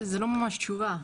זו לא ממש תשובה.